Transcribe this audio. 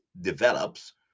develops